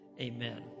Amen